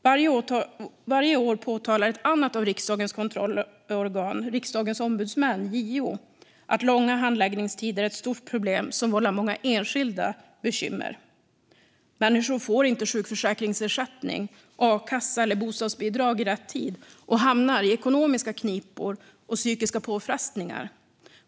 Varje år påtalar ett annat av riksdagens kontrollorgan, Riksdagens ombudsmän, JO, att långa handläggningstider är ett stort problem som vållar många enskilda bekymmer. Människor får inte sjukförsäkringsersättning, a-kassa eller bostadsbidrag i rätt tid och hamnar i ekonomiska knipor och psykiska påfrestningar.